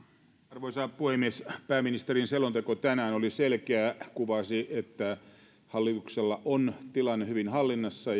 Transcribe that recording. arvoisa puhemies pääministerin selonteko tänään oli selkeä kuvasi että hallituksella on tilanne hyvin hallinnassa